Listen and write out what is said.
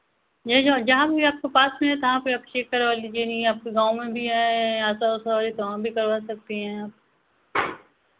या जो जहाँ भी आपको पास में है तहाँ पर आप चेक करवा लीजिए नहीं आपके गाँव में भी है आसा ओसा वाली तो वहाँ भी करवा सकती हैं आप